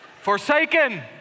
forsaken